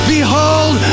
Behold